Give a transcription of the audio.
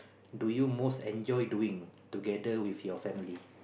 do you most enjoy doing together with your family